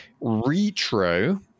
Retro